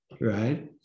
right